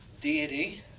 deity